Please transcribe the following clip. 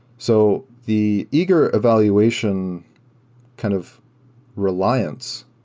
so the eager evaluation kind of reliance,